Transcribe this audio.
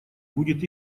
будет